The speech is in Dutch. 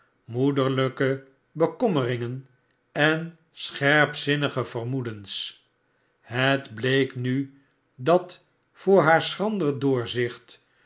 moederlijke bekommeringen en scherpzinnige vermoedens het bleek nu dat voor haar schrander doorzicht